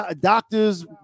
doctors